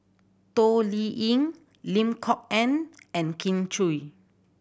Toh Liying Lim Kok Ann and Kin Chui